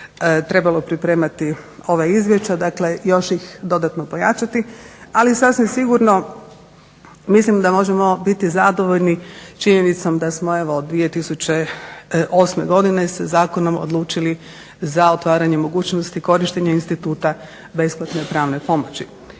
trebalo pripremati ova izvješća dakle, još ih dodatno pojačati. Ali sasvim sigurno mislim da možemo biti zadovoljni činjenicom da smo evo od 2008. godine se zakonom odlučili za otvaranje mogućnosti, korištenje instituta besplatne pravne pomoći.